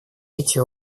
эти